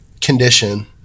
condition